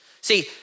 See